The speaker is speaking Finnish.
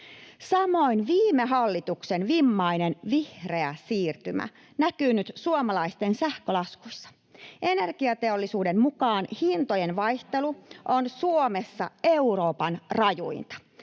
Samoin viime hallituksen vimmainen vihreä siirtymä näkyy nyt suomalaisten sähkölaskussa. Energiateollisuuden mukaan hintojen vaihtelu [Jenni Pitkon välihuuto]